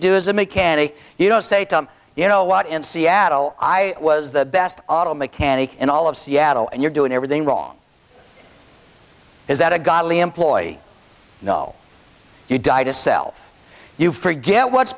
do as a mechanic you know say to him you know a lot in seattle i was the best auto mechanic in all of seattle and you're doing everything wrong is that a godly employ you know you die to self you forget what's